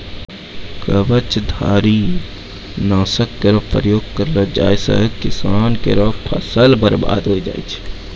कवचधारी? नासक केरो प्रयोग करलो जाय सँ किसान केरो फसल बर्बाद होय जाय छै